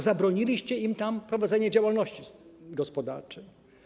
Zabroniliście im prowadzenia działalności gospodarczej.